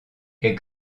est